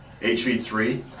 HV3